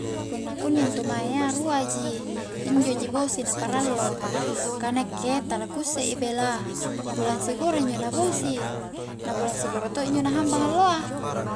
Punna kunni intu mae iya rua ji, injo ji bosi na paralloa ka nakke tala ku isse i bela bulang sikura injo na bosi, na bulang sikura to injo na hambang alloa